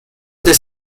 the